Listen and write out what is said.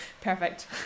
Perfect